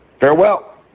Farewell